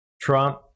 Trump